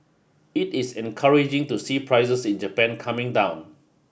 it is encouraging to see prices in Japan coming down